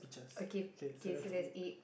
okay k so that's eight